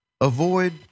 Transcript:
Avoid